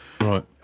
Right